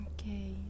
okay